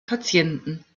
patienten